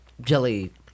Jelly